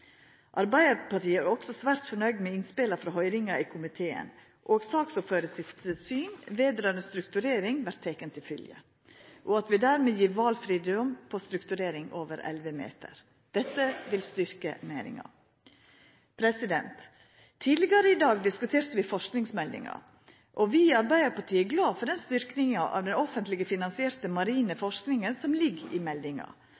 Arbeidarpartiet er òg svært nøgd med innspela frå høyringa i komiteen, og saksordføraren sitt syn vedrørande strukturering vert teken til følgje, og at vi dermed gjev valfridom på strukturering over 11 meter. Dette vil styrkja næringa. Tidlegare i dag diskuterte vi forskingsmeldinga, og vi i Arbeidarpartiet er glade for styrkinga av den offentlege finansierte marine forskinga som ligg i meldinga.